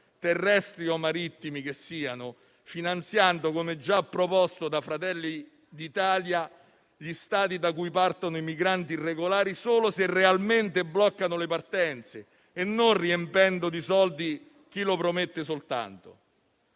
terrestri o marittimi che siano, finanziando, come già proposto da Fratelli d'Italia, gli Stati da cui partono i migranti irregolari solo se bloccano realmente le partenze e non riempiendo di soldi chi lo promette soltanto.